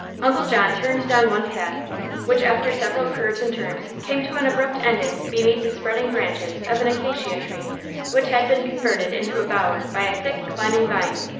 uncle john turned down one path which, after several curves and turns, came to an abrupt ending beneath the spreading branches of an acacia tree which had been converted into a bower by a thick, climbing vine,